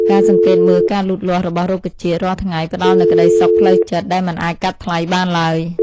ការសង្កេតមើលការលូតលាស់របស់រុក្ខជាតិរាល់ថ្ងៃផ្តល់នូវក្តីសុខផ្លូវចិត្តដែលមិនអាចកាត់ថ្លៃបានឡើយ។